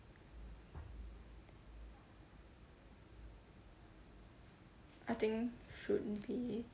I think should be